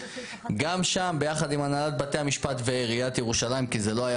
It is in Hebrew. גם שם יחד עם הנהלת בתי המשפט ועיריית ירושלים כי זה לא היה